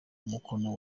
umukono